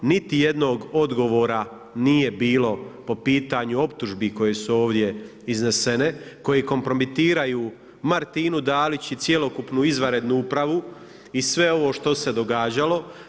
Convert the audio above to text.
Niti jednog odgovora nije bilo po pitanju optužbi koje su ovdje iznesene, koje kompromitiraju Martinu Dalić i cjelokupnu izvanrednu upravu i sve ovo što se događalo.